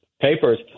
papers